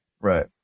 Right